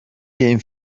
این